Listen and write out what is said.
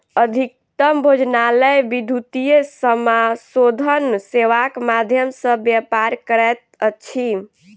अधिकतम भोजनालय विद्युतीय समाशोधन सेवाक माध्यम सॅ व्यापार करैत अछि